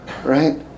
right